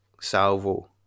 salvo